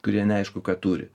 kurie neaišku ką turi